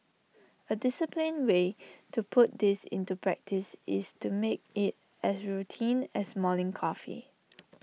A disciplined way to put this into practice is to make IT as routine as morning coffee